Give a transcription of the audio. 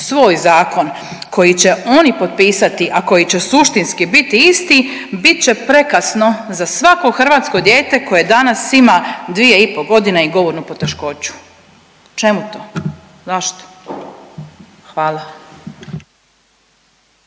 svoj zakon koji će oni potpisati, a koji će suštinski biti isti, bit će prekasno za svako hrvatsko dijete koje danas ima dvije i po godine i govornu poteškoću. Čemu to? Zašto? Hvala.